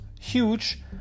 huge